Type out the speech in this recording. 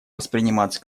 восприниматься